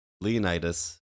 Leonidas